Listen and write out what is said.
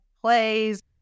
plays